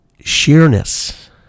sheerness